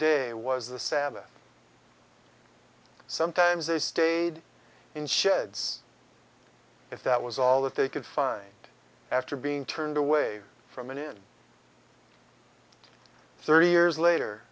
day was the sabbath sometimes they stayed in sheds if that was all that they could find after being turned away from it in thirty years later